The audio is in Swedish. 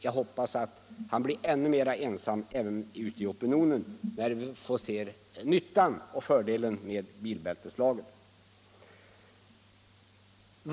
Jag hoppas att han blir ännu mera ensam, även ute bland allmänheten, när vi får se nyttan och fördelen med bilbälteslagen.